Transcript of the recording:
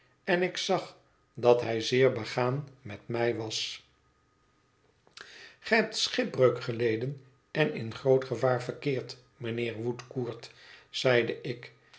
en ik zag dat hij zeer begaan met mij was gij hebt schipbreuk geleden en in groot gevaar verkeera mijnheer woudcourt zeide ik